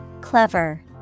Clever